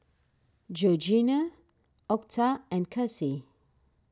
Georgianna Octa and Kassie